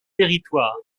territoire